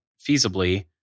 feasibly